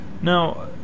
now